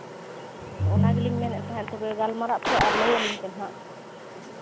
ᱚᱱᱟ ᱜᱮᱞᱤᱧ ᱢᱮᱱᱮᱫ ᱛᱟᱦᱮᱸᱜ ᱛᱚᱵᱮ ᱜᱟᱞᱢᱟᱨᱟᱣ ᱯᱮ ᱟᱨ ᱞᱟᱹᱭ ᱟᱹᱞᱤᱧ ᱯᱮ ᱦᱟᱸᱜ